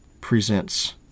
presents